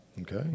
Okay